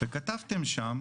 וכתבתם שם